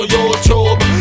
YouTube